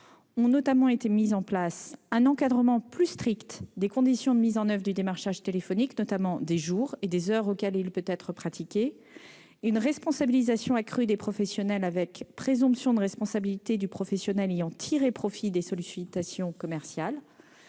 Ont notamment été mis en place un encadrement plus strict des conditions de mise en oeuvre du démarchage téléphonique, notamment des jours et des heures auxquels il peut être pratiqué, une responsabilisation accrue des professionnels, avec présomption de responsabilité du professionnel ayant tiré profit des sollicitations commerciales,